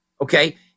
Okay